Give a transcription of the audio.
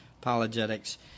apologetics